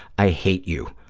i hate you,